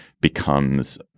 becomes